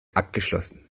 abgeschlossen